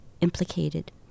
implicated